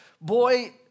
boy